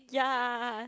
yea